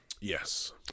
Yes